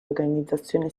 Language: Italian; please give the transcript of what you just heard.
organizzazione